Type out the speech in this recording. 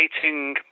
creating